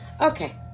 Okay